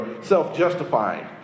self-justifying